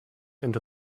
into